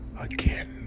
again